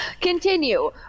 Continue